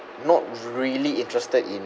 not really interested in